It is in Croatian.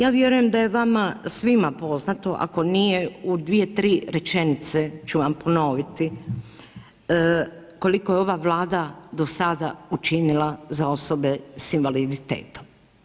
Ja vjerujem da je vama svima poznato, ako nije, u dvije, tri rečenice ću vam ponoviti koliko je ova Vlada do sada učinila za osobe sa invaliditetom.